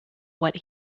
what